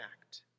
act